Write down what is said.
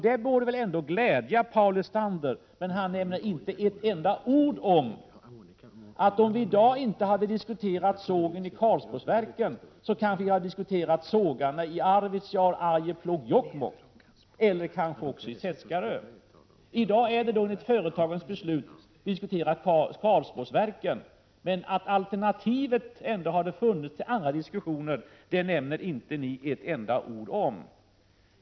Det borde väl ändå glädja Paul Lestander. Men han nämner inte ett enda ord om att om vi i dag inte hade diskuterat sågen i Karlsborgsverken så kanske vi hade diskuterat sågarna i Arvidsjaur, Arjeplog, Jokkmokk eller Seskarö. I dag är det Karlsborgsverken vi diskuterar. Men att alternativet ändå hade funnits till andra diskussioner nämner ni inte ett enda ord om.